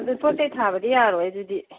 ꯑꯗꯨ ꯄꯣꯠ ꯆꯩ ꯊꯥꯕꯗꯤ ꯌꯥꯔꯣꯏ ꯑꯗꯨꯗꯤ